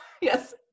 Yes